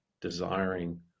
desiring